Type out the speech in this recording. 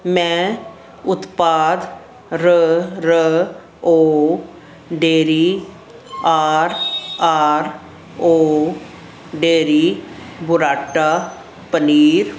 ਮੈਂ ਉਤਪਾਦ R R O dairy R R O dairy burrata paneer